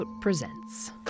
presents